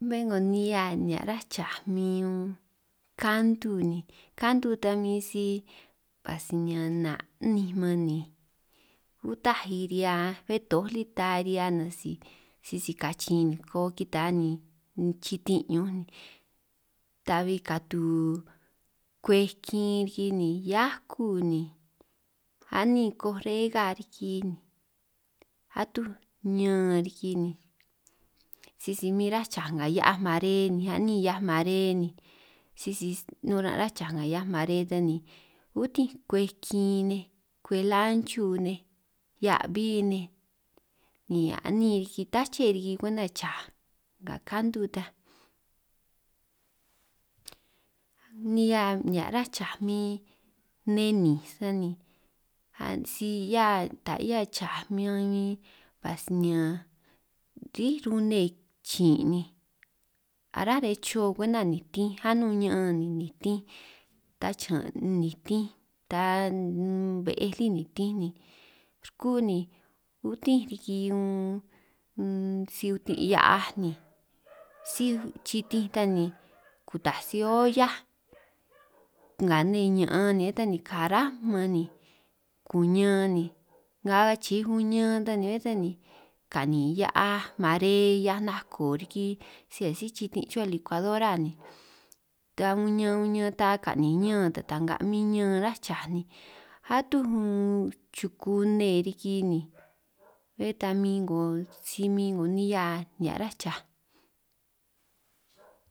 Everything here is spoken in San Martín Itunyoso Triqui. Bé 'ngo nihia nihiá' rá cháj min unn kantu kantu ta min si ka si sinin niñan na'nínj man ni, utaj ri'hiaj bé toj lí ta ri'hia nnanj si sisi kachin niko kita ni, ni chitin' ñunj ta'bbi katu kwej kin riki ni hiakuj ni anin koj rega riki, atuj ñan riki ni sisi min ráj chaj nga hia'aj mare ni a'nin hia'aj mare ni, sisi nun aran' cha nga hia'aj mare ta ni utin' kwej kin nej, kwej lanchu nej, hia'aj 'bí nej, ni a'nin riki tache riki kwenta cha nga kantu taj, nihia nihia' ráj chaj min neninj sani a si 'hiaj taj 'hiaj chaj min a' sinian ri'í rune chin', ni aráj riñan chio kwenta nitinj anún ña'an ni nitinj ta chiñan' nitinj ta be'ej lí nitinj ni, ruku ni utinj riki unn si utin' hia'aj ni síj chitinj ta ni kutaj si-olla nga nne ña'an ni bé ta ni kará man ni kuñan ni, nnga achiij uñan ta ni bé ta ni ka'nin hia'aj mare hia'aj nako riki, sij asij chitin' chuhua likuadora ni teaj uñan uñan ta ka'nin ñan taj ta'nga min ñan ráj chaj ni, atuj chukune riki ni bé ta min 'ngo si min 'ngo nihia nihia' ráj chaj.